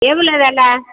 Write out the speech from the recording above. எவ்வளோ வில